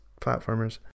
platformers